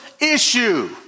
issue